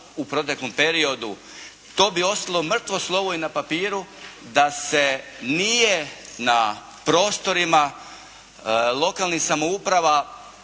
u proteklom periodu to bi ostalo mrtvo slovo i na papiru da se nije na prostorima lokalnih samouprava